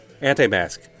Anti-Mask